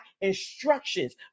instructions